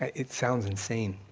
it sounds insane.